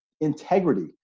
Integrity